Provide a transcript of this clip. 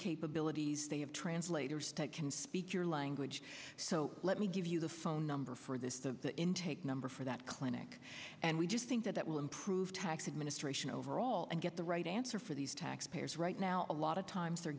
capabilities they have translators that can speak your language so let me give you the phone number for this the intake number for that clinic and we just think that that will improve tax administration overall and get the right answer for these tax payers right now a lot of times are